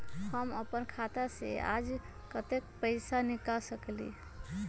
हम अपन खाता से आज कतेक पैसा निकाल सकेली?